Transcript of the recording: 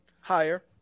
Higher